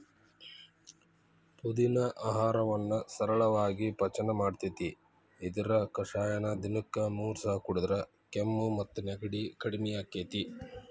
ಪುದಿನಾ ಆಹಾರವನ್ನ ಸರಳಾಗಿ ಪಚನ ಮಾಡ್ತೆತಿ, ಇದರ ಕಷಾಯನ ದಿನಕ್ಕ ಮೂರಸ ಕುಡದ್ರ ಕೆಮ್ಮು ಮತ್ತು ನೆಗಡಿ ಕಡಿಮಿ ಆಕ್ಕೆತಿ